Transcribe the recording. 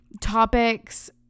topics